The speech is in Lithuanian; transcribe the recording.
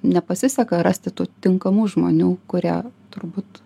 nepasiseka rasti tų tinkamų žmonių kurie turbūt